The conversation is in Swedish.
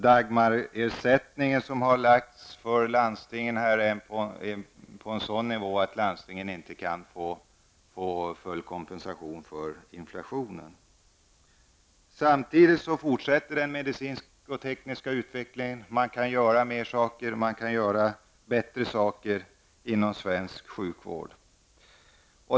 Dagmarersättningen till landstingen har lagts på en sådan nivå att landstingen inte får full kompensation för inflationen. Samtidigt fortsätter den medicinska och tekniska utvecklingen. Man kan i dag göra fler och bättre saker än tidigare inom svensk sjukvård.